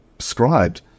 scribed